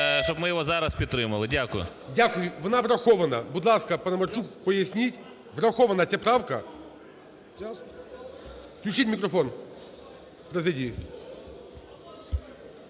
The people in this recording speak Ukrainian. щоб ми його зараз підтримали. Дякую. ГОЛОВУЮЧИЙ. Дякую. Вона врахована. Будь ласка, Паламарчук, поясніть. Врахована ця правка. Включіть мікрофон, президії.